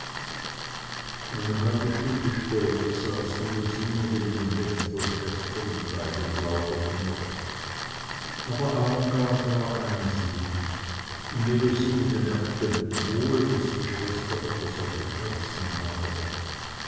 eine halbe stunde später saß melusine neben dem bett der schwester und beide plauderten noch aber armgard war einsilbig und melusine bemerkte wohl daß die schwester etwas auf dem herzen habe